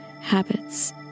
habits